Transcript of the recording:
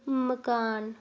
मकान